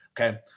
okay